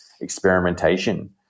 experimentation